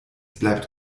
bleibt